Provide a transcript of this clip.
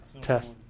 Test